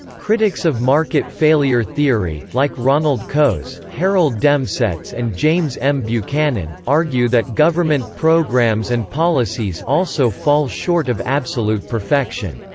critics of market failure theory, like ronald coase, harold demsetz and james m. buchanan, argue that government programs and policies also fall short of absolute perfection.